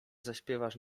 zaśpiewasz